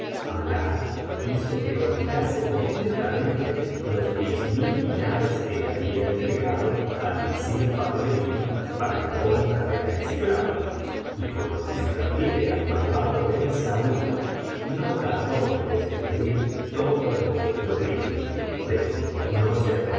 alah hizb que olvidase completamente los diez mil dinares que le había entregado al visir faclleddín para la compra de la esclava y por lo que se refiere al malvado bcnsauí no tardó en descubrir todo lo ocurrido pero no se